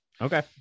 okay